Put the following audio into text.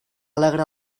alegra